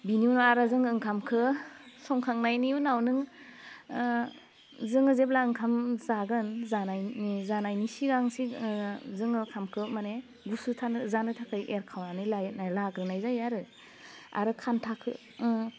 बिनि उनाव आरो जोङो ओंखामखौ संखांनायनि उनाव नों जोङो जेब्ला ओंखाम जागोन जानायनि जानायनि सिगां सि जोङो खामखो मानि गुसु थानो जानो थाखाय एरखावनानै लायो लाग्रोनाय जायो आरो आरो खान्थाखौ उम